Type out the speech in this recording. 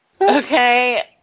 Okay